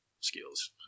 skills